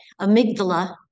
amygdala